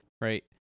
Right